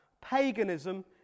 paganism